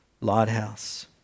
lighthouse